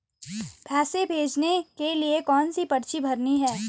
पैसे भेजने के लिए कौनसी पर्ची भरनी है?